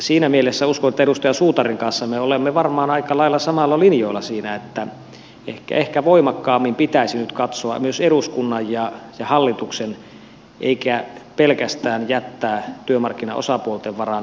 siinä mielessä uskon että edustaja suutarin kanssa me olemme varmaan aika lailla samoilla linjoilla siinä että ehkä voimakkaammin pitäisi nyt myös eduskunnan ja hallituksen katsoa sitä eikä pelkästään jättää työmarkkinaosapuolten varaan